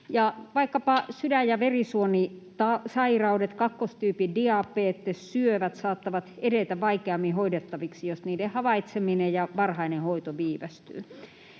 vaikkapa sydän- ja verisuonisairaudet, kakkostyypin diabetes, syövät saattavat edetä vaikeammin hoidettaviksi, jos niiden havaitseminen ja varhainen hoito viivästyvät.